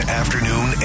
afternoon